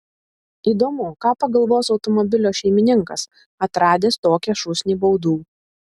įdomu ką pagalvos automobilio šeimininkas atradęs tokią šūsnį baudų